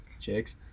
Chicks